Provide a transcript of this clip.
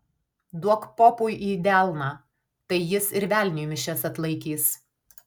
duok popui į delną tai jis ir velniui mišias atlaikys